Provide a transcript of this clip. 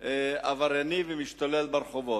עברייני ומשתולל ברחובות.